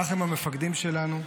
כך הם המפקדים שלנו,